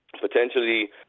potentially